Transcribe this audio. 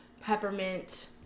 peppermint